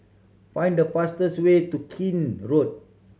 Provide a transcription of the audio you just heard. find the fastest way to Keene Road